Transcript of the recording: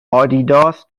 آدیداس